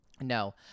No